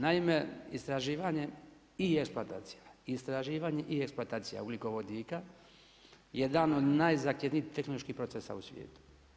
Naime istraživanje i eksploatacija, istraživanje i eksploatacija ugljikovodika, jedan od najzahtjevnijih tehnoloških procesa u svijetu.